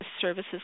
services